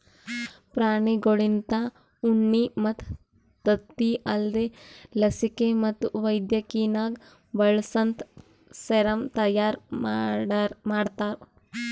ಪ್ರಾಣಿಗೊಳ್ಲಿಂತ ಉಣ್ಣಿ ಮತ್ತ್ ತತ್ತಿ ಅಲ್ದೇ ಲಸಿಕೆ ಮತ್ತ್ ವೈದ್ಯಕಿನಾಗ್ ಬಳಸಂತಾ ಸೆರಮ್ ತೈಯಾರಿ ಮಾಡ್ತಾರ